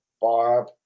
Barb